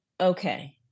Okay